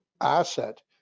asset